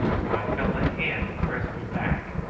when i felt a hand press me back,